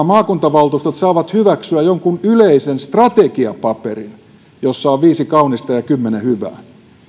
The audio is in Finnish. maakuntavaltuustot saavat hyväksyä jonkun yleisen strategiapaperin jossa on viisi kaunista ja kymmenen hyvää